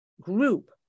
group